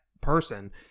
person